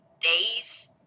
days